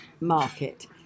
market